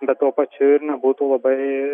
bet tuo pačiu ir nebūtų labai